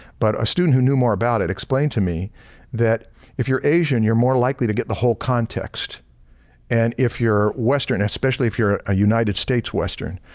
but a student who knew more about it explained to me that if you're asian, you're more likely to get the whole context and if you're western, especially if you're a united states western,